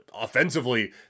offensively